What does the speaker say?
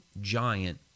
giant